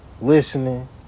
listening